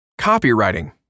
Copywriting